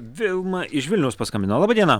vilma iš vilniaus paskambino laba diena